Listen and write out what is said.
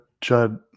Judd